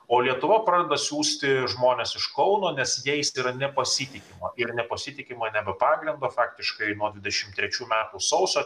o lietuva pradeda siųsti žmones iš kauno nes jais nepasitikima ir nepasitikima ne be pagrindo faktiškai nuo dvidešim trečių metų sausio